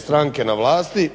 stranke na vlasti